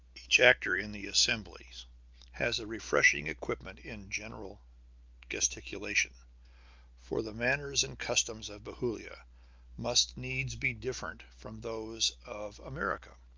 each actor in the assemblies has a refreshing equipment in gentle gesticulation for the manners and customs of bethulia must needs be different from those of america.